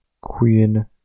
queen